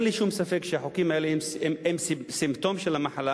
אין לי שום ספק שהחוקים האלה הם סימפטום של המחלה,